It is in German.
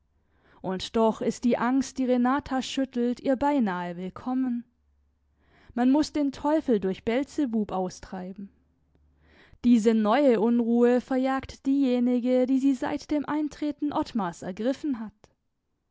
und doch ist die angst die renata schüttelt ihr beinahe willkommen man muß den teufel durch beelzebub austreiben diese neue unruhe verjagt diejenige die sie seit dem eintreten ottmars ergriffen hat